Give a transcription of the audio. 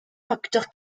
facteur